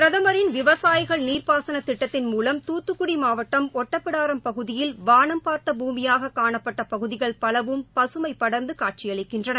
பிரதமின் விவசாயிகள் நீர்பாசனத் திட்டத்தின் மூலம் துத்துக்குடிமாவட்டம் ஒட்டப்பிடாரம் பகுதியில் வானம் பார்த்த பூமியாககாணப்பட்டபகுதிகள் பலவும் பசுமைபடர்ந்துகாட்சியளிக்கின்றன